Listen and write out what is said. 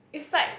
is like